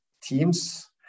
teams